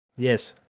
Yes